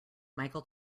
michael